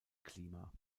klima